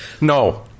No